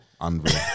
Unreal